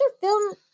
film